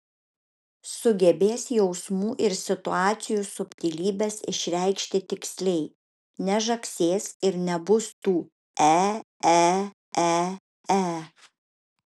sugebės jausmų ir situacijų subtilybes išreikšti tiksliai nežagsės ir nebus tų e e e e